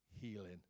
healing